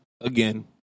again